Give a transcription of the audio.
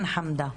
כן, חמדה.